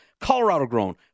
Colorado-grown